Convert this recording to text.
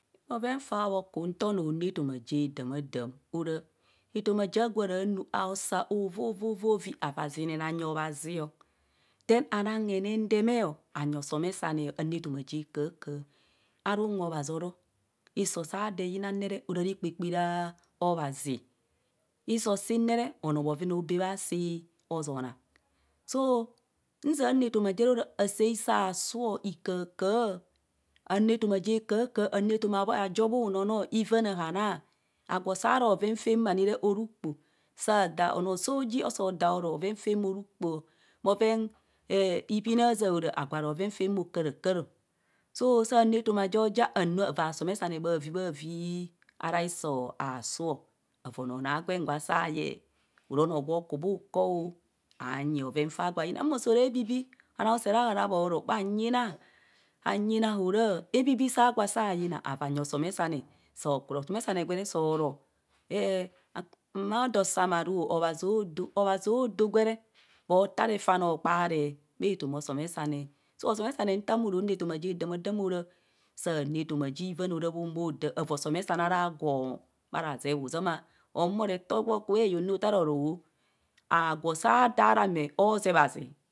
Fobhen faa bhoku nta onoo onu etoma ja damaadam ora etoma ja gwa ara nu ausa ovovovi azinen anyi obhazio then anang heneno eme anyi osomesane anu etomoa ja kahak aha are unwe obhazi oro hiso saa doo eyina ne re ora rakpakpari obhazi hiso sin ne re onoo bhove naobee si ho zoo naang so nzia anu etoma jere ora asaa hiso asu hikahakaha anu etoma ajo bho nonoo ivene ha naa agwo saa ro bhoven mani oro ukpo saa daa onoo soji osoo daa ora bhoven faam ora ukpo bhoven ipine zaora agwo aro bhoven faam bhokaraka ro so saa anu etoma jo ja anu awaa somesane bhavi bhavi ara iso asu avaa onoo noo agwen gwa saa yeng ono noo gwo ku bho uko o anyi bheven faa gwa yina mo so raa hebibii bhanoo usere ara bhoro hanyina hanyina hora hekikii saa sanyina avaa nyi somesane osomesane gwe re saa oro er mina odoo samarwo abhazi odoo abbazi odoo gwere mo taa refane okoaare bee etoma ja damadam so osemesane nta mo ronu etoma ja damadam ara saa nu etoma ja ivene ora mo daa avaa osomesane ara gwo bhara zeebo, ozoma ohumore eto gwo ku bhayong re ota aro sa daa ra me ozeeba zeeb